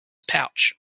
pouch